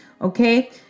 Okay